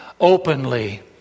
openly